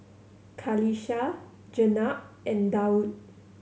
Qalisha Jenab and Daud